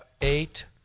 eight